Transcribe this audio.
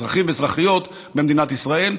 אזרחים ואזרחיות במדינת ישראל.